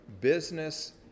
business